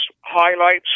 highlights